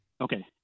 Okay